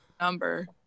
number